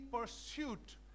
pursuit